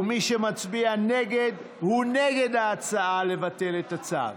ומי שמצביע נגד הוא נגד ההצעה לבטל את הצו.